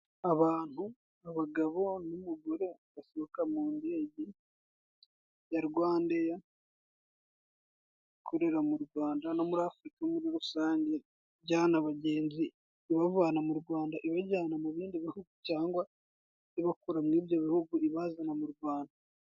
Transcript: Abantu, abagabo n'umugore basohoka mu indege ya Rwandeya, ikorera mu uRwanda no muri Afurika muri rusange, ijyana abagenzi ibavana mu uRwanda, ibajyana mu ibindi bihugu cyangwa ibakura muri ibyo bihugu ibazana mu Rwanda.